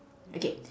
okay